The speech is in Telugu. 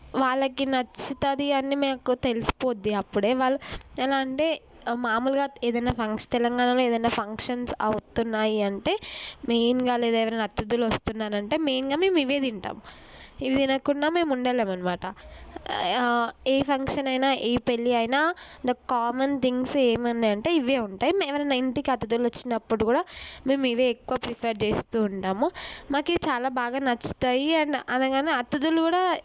వాళ్ళకి నచ్చుతుంది అని మాకు తెలిసిపోతుంది అప్పుడే వాళ్ళు ఎలా అంటే మామూలుగా ఏదైనా ఫంక్షన్ తెలంగాణలో ఏదైనా ఫంక్షన్స్ అవుతున్నాయి అంటే మెయిన్గా లేదా ఎవరైనా అతిథులు వస్తున్నారంటే మెయిన్గా మేము ఇవే తింటాము ఇవి తినకుండా మేము ఉండలేము అన్నమాట ఏ ఫంక్షన్ అయినా ఏ పెళ్ళి అయినా దా కామన్ థింగ్స్ ఏమి ఉన్నాయి అంటే ఇవే ఉంటాయి ఎవరైనా ఇంటికి అతిథులు వచ్చినప్పుడు కూడా మేము ఇవే ఎక్కువ ప్రిఫర్ చేస్తూ ఉంటాము మాకు ఈ చాలా బాగా నచ్చుతాయి అండ్ అనగానే అతిథులు కూడా